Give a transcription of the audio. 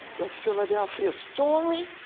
the philadelphia story?